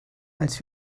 als